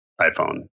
iPhone